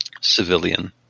Civilian